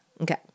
okay